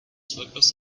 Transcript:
slippers